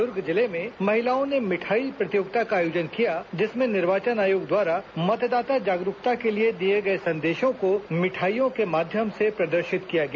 दुर्ग जिले में महिलाओं ने मिठाई प्रतियोगिता का आयोजन किया जिसमें निर्वाचन आयोग द्वारा मतदाता जागरूकता के लिए दिए गए संदेशों को मिठाइयों के माध्यम से प्रदर्शित किया गया